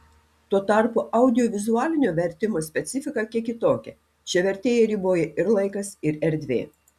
tuo tarpu audiovizualinio vertimo specifika kiek kitokia čia vertėją riboja ir laikas ir erdvė